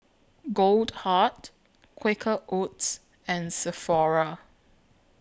Goldheart Quaker Oats and Sephora